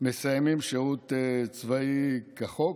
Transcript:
מסיימים שירות צבאי כחוק.